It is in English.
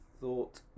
Thought